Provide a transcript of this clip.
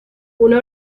una